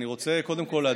אני רוצה קודם כול להדגיש,